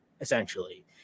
essentially